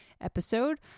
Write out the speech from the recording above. episode